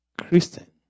Christian